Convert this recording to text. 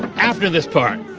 after this part.